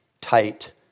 tight